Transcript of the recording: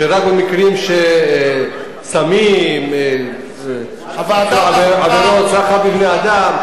שרק במקרים של סמים ועבירות של סחר בבני-אדם,